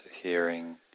hearing